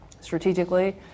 strategically